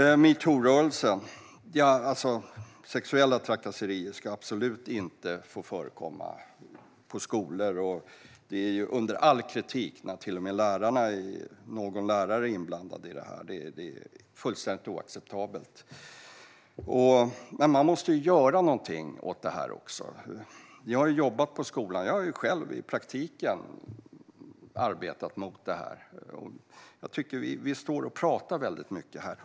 När det gäller metoo-rörelsen ska sexuella trakasserier absolut inte få förekomma i skolor. Det är under all kritik när till och med någon lärare är inblandad i detta. Det är fullständigt oacceptabelt. Men man måste göra någonting åt detta också. Jag har jobbat i skolan, och jag har själv i praktiken arbetat mot detta. Jag tycker att vi står och pratar väldigt mycket här.